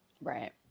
Right